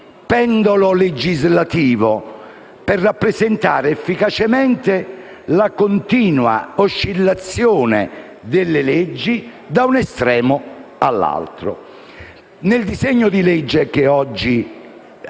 pendolo legislativo per rappresentare efficacemente la continua oscillazione delle leggi da un estremo all'altro. Nel disegno di legge che oggi